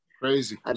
crazy